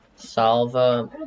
salva